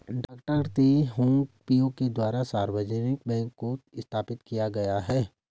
डॉ Teh Hong Piow के द्वारा सार्वजनिक बैंक को स्थापित किया गया है